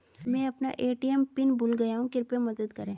मैं अपना ATM PIN भूल गया हूँ कृपया मदद करें